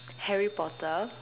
Harry Potter